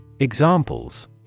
Examples